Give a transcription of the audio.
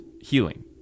healing